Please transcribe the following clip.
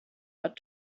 but